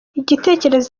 igitekerezo